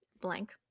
blank